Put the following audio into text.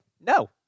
no